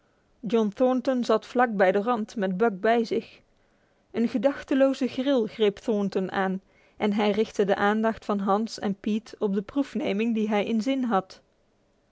john thornton zat vlak bij de rand met buck bij zich een gedachteloze gril greep thornton aan en hij richtte de aandacht van hans en pete op de proefneming die hij in de zin had